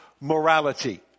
morality